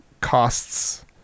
costs